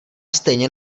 stejně